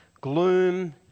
gloom